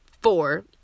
four